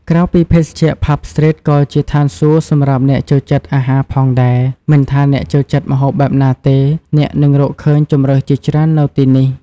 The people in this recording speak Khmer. ក្រៅពីភេសជ្ជៈ ផាប់ ស្ទ្រីត ក៏ជាឋានសួគ៌សម្រាប់អ្នកចូលចិត្តអាហារផងដែរ មិនថាអ្នកចូលចិត្តម្ហូបបែបណាទេ អ្នកនឹងរកឃើញជម្រើសជាច្រើននៅទីនេះ។